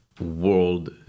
world